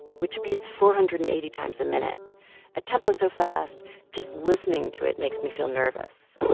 which beats four hundred and eighty times a minute a tempo so fast just listening to it makes me feel nervous